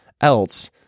else